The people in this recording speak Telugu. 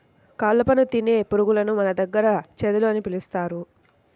కలపను తినే పురుగులను మన దగ్గర చెదలు అని పిలుస్తారు